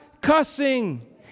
cussing